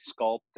sculpt